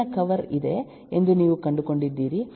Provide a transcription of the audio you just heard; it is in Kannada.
ಹೊರಗಿನ ಕವರ್ ಇದೆ ಎಂದು ನೀವು ಕಂಡುಕೊಂಡಿದ್ದೀರಿ